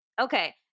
Okay